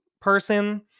person